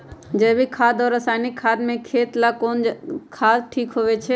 जैविक खाद और रासायनिक खाद में खेत ला कौन खाद ठीक होवैछे?